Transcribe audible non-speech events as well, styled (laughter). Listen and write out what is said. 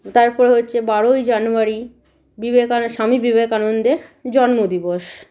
তারপর হচ্চে বারোই জানুয়ারি (unintelligible) স্বামী বিবেকানন্দের জন্ম দিবস